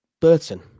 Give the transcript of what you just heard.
Burton